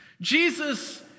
Jesus